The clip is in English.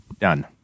Done